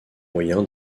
moyen